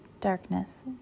darkness